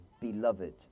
beloved